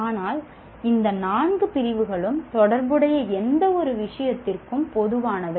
ஆனால் இந்த நான்கு பிரிவுகளும் தொடர்புடைய எந்தவொரு விஷயத்திற்கும் பொதுவானவை